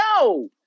no